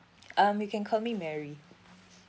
um you can call me mary